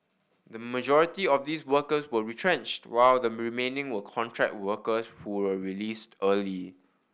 the majority of these workers were retrenched while the remaining were contract workers who were released early